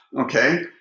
okay